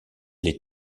les